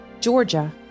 Georgia